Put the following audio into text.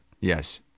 Yes